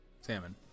Salmon